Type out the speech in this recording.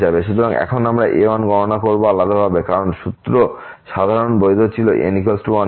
সুতরাং এখন আমরা a1গণনা করব আলাদাভাবে কারণ সূত্র সাধারণ বৈধ ছিল n1 এর জন্য